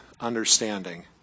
understanding